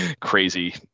crazy